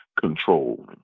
control